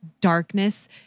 darkness